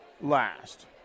last